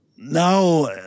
Now